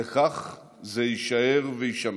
וכך זה יישאר ויישמר.